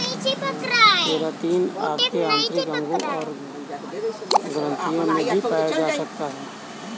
keratin आपके आंतरिक अंगों और ग्रंथियों में भी पाया जा सकता है